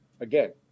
again